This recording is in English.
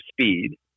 speed